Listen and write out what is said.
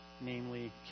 namely